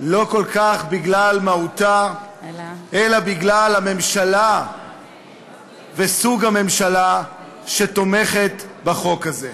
לא כל כך בגלל מהותה אלא בגלל הממשלה וסוג הממשלה שתומכת בחוק הזה.